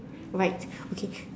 right okay